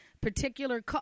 particular